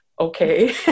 Okay